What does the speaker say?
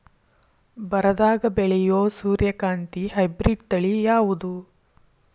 ಬರದಾಗ ಬೆಳೆಯೋ ಸೂರ್ಯಕಾಂತಿ ಹೈಬ್ರಿಡ್ ತಳಿ ಯಾವುದು?